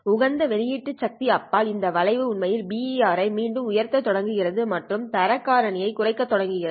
உகந்த வெளியீட்டு சக்தி அப்பால் இந்த வளைவு உண்மையில் BER ஐ மீண்டும் உயர்த்தத் தொடங்குகிறது மற்றும் தர காரணி குறைய தொடங்குகிறது